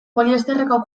poliesterreko